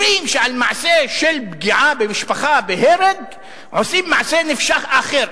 אומרים שעל מעשה של פגיעה במשפחה בהרג עושים מעשה נפשע אחר,